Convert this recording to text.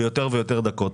ויותר ויותר דקות.